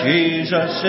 Jesus